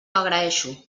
agraeixo